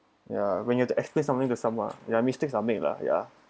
ya when you have to explain something to someone ya mistakes are made lah ya